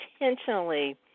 intentionally